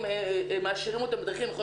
אולי העשרות בדברים אחרים.